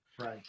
Right